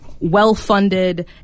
Well-funded